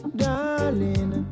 darling